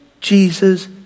Jesus